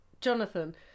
Jonathan